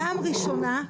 פעם ראשונה,